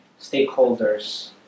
stakeholders